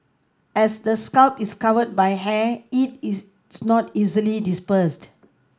as the scalp is covered by hair heat is not easily dispersed